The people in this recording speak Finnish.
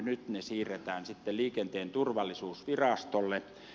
nyt ne siirretään sitten liikenteen turvallisuusvirastolle